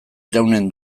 iraunen